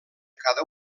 cada